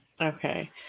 Okay